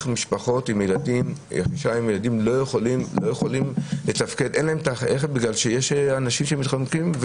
משפחות עם ילדים לא יכולות לתפקד כי יש אנשים שמתחמקים.